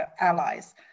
allies